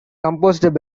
composed